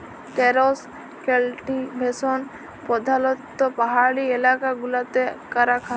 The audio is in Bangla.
টেরেস কাল্টিভেশল প্রধালত্ব পাহাড়ি এলাকা গুলতে ক্যরাক হ্যয়